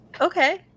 okay